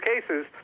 cases